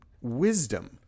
wisdom